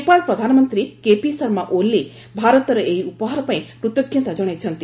ନେପାଳ ପ୍ରଧାନମନ୍ତ୍ରୀ କେପି ଶର୍ମା ଓଲି ଭାରତର ଏହି ଉପହାର ପାଇଁ କୃତଜ୍ଞତା ଜଣାଇଛନ୍ତି